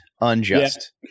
unjust